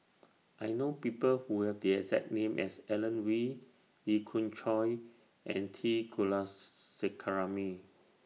I know People Who Have The exact name as Alan Oei Lee Khoon Choy and T Kula sekaram